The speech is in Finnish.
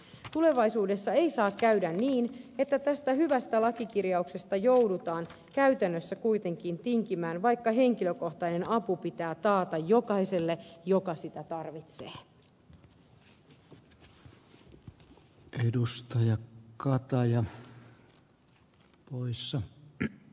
tulevaisuudessa ei saa käydä niin että tästä hyvästä lakikirjauksesta joudutaan käytännössä kuitenkin tinkimään vaikka henkilökohtainen apu pitää taata jokaiselle joka sitä tarvitsee